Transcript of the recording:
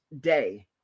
day